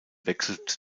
wechselt